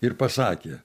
ir pasakė